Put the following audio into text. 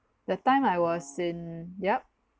that time I was in yup